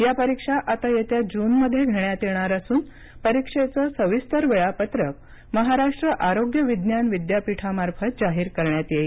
या परीक्षा आता येत्या जूनमध्ये घेण्यात येणार असून परीक्षेचं सविस्तर वेळापत्रक महाराष्ट्र आरोग्य विज्ञान विद्यापीठामार्फत जाहीर करण्यात येईल